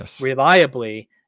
reliably